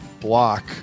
block